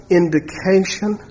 indication